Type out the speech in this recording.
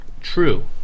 True